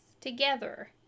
together